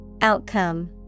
Outcome